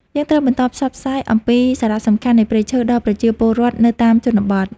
យើងត្រូវបន្តផ្សព្វផ្សាយអំពីសារៈសំខាន់នៃព្រៃឈើដល់ប្រជាពលរដ្ឋនៅតាមជនបទ។